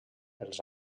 els